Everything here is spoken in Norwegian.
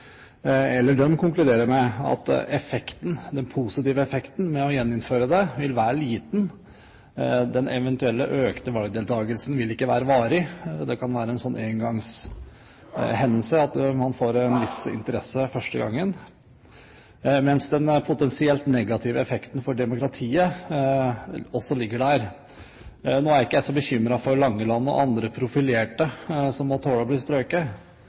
den positive effekten ved å gjeninnføre dette vil være liten. Den eventuelt økte valgdeltakelsen vil ikke være varig – det kan være en engangshendelse, at man får en viss interesse første gangen – mens den potensielt negative effekten for demokratiet også ligger der. Nå er jeg ikke så bekymret for Langeland og andre profilerte politikere, som må tåle å bli strøket,